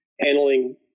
handling